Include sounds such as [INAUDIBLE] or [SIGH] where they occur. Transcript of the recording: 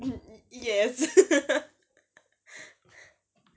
ye~ yes [LAUGHS]